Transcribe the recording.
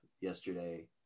yesterday